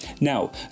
Now